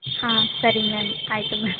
ಹಾಂ ಸರಿ ಮ್ಯಾಮ್ ಆಯಿತು ಮ್ಯಾಮ್